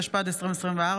התשפ"ד 2024,